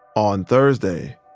on thursday,